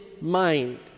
mind